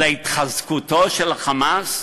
להתחזקותו של "חמאס"?